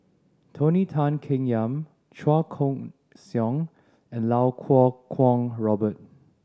Tony Tan Keng Yam Chua Koon Siong and Lau Kuo Kwong Robert